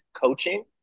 coaching